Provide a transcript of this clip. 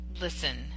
listen